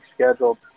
scheduled